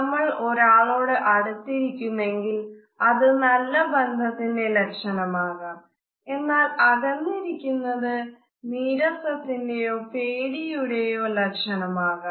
നമ്മൾ ഒരാളോട് അടുത്തിരിക്കുന്നെങ്കിൽ അത് നല്ല ബന്ധത്തിന്റെ ലക്ഷണം ആകാം എന്നാൽ അകന്നിരിക്കുന്നത് നീരസത്തിന്റെയോ പേടിയുടെയോ ലക്ഷണം ആകാം